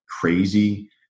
crazy